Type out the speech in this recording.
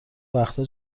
وقتها